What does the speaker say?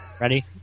Ready